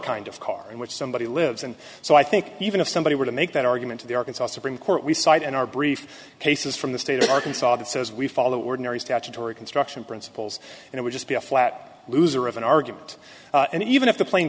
kind of car in which somebody lives and so i think even if somebody were to make that argument to the arkansas supreme court we cite and our brief cases from the state of arkansas that says we follow ordinary statutory construction principles and it would just be a flat loser of an argument and even if the pla